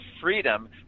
freedom